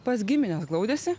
pas gimines glaudėsi